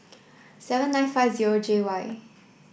seven nine five zero J Y